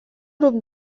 grup